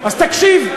אז תקשיב.